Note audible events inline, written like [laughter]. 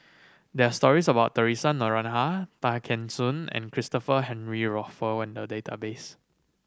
there are stories about Theresa Noronha Tay Kheng Soon and Christopher Henry [unintelligible] in the database